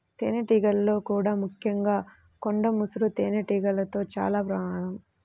తేనెటీగల్లో కూడా ముఖ్యంగా కొండ ముసురు తేనెటీగలతో చాలా ప్రమాదం